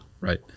Right